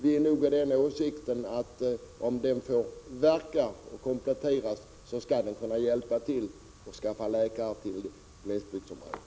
Vi är av den åsikten, att om Dagmarreformen får verka och kompletteras, kommer den att kunna bidra till att vi får läkare till glesbygdsområdena.